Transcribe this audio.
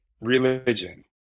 religion